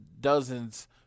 Dozens